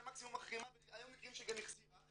אולי מקסימום מחרימה והיו מקרים שהיא גם החזירה.